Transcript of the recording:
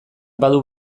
badu